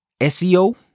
SEO